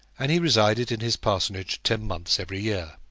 and he resided in his parsonage ten months every year.